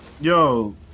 Yo